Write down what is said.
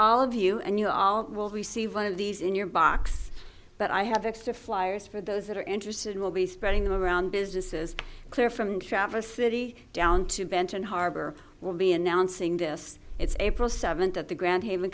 all of you and you all will receive one of these in your box but i have extra flyers for those that are interested it will be spreading around businesses clear from traverse city down to benton harbor will be announcing this it's april seventh at the grand